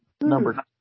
number